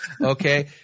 okay